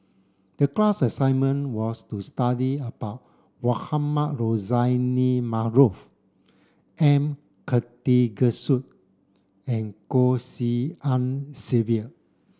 the class assignment was to study about Mohamed Rozani Maarof M Karthigesu and Goh Tshin En Sylvia